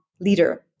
leader